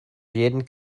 jeden